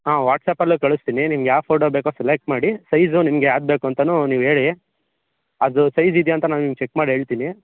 ಹಾಂ ವಾಟ್ಸ್ಆ್ಯಪಲ್ಲು ಕಳಿಸ್ತಿನಿ ನಿಮ್ಗೆ ಯಾವ ಫೋಟೋ ಬೇಕೋ ಸೆಲೆಕ್ಟ್ ಮಾಡಿ ಸೈಜು ನಿಮಿಗೆ ಯಾವ್ದು ಬೇಕಂತನು ನೀವು ಹೇಳಿ ಅದು ಸೈಜ್ ಇದೆಯಾ ಅಂತ ನಾವು ನಿಮ್ಗೆ ಚೆಕ್ ಮಾಡಿ ಹೇಳ್ತಿನಿ